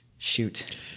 shoot